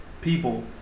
people